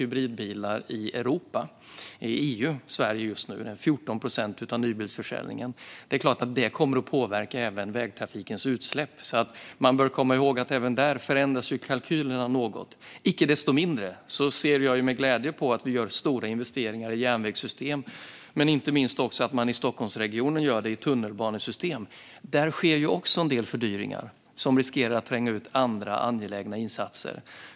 Sverige har mest el och hybridbilar i EU just nu - 14 procent av nybilsförsäljningen. Det är klart att det kommer att påverka även vägtrafikens utsläpp. Man bör alltså komma ihåg att även där förändras ju kalkylerna något. Icke desto mindre ser jag med glädje på att vi gör stora investeringar i järnvägssystem och inte minst att man i Stockholmsregionen gör det i tunnelbanesystem. Där sker också en del fördyringar som riskerar att tränga ut andra angelägna insatser.